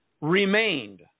remained